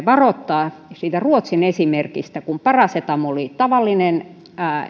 varoittaa ruotsin esimerkistä kun parasetamoli tavallinen